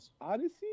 Odyssey